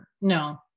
No